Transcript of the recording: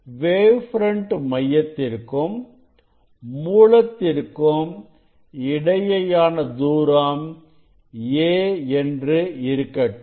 wave front மையத்திற்கும் மூலத்திற்கும் இடையேயான தூரம் a என்று இருக்கட்டும்